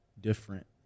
different